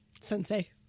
Sensei